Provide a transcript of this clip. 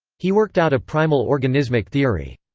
he worked out a primal organismic theory.